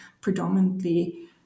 predominantly